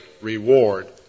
reward